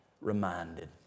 reminded